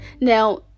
Now